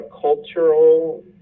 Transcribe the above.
cultural